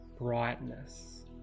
brightness